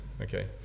Okay